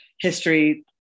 history